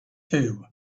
two